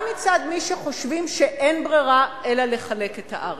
גם מצד מי שחושבים שאין ברירה אלא לחלק את הארץ.